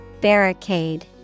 Barricade